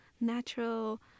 natural